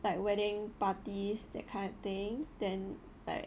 like wedding parties that kind of thing then like